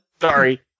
Sorry